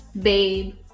Babe